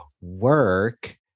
work